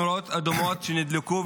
הרבה נורות אדומות שנדלקו.